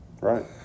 right